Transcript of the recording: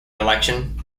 election